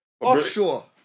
Offshore